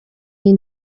iyo